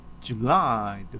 July